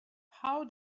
how